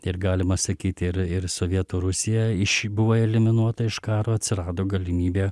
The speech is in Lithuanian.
ir galima sakyti ir ir sovietų rusija į šį buvo eliminuota iš karo atsirado galimybė